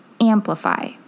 amplify